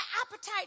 appetite